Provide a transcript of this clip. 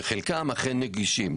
אני מניח שחלקם אכן נגישים.